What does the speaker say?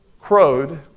crowed